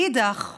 מאידך גיסא,